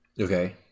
Okay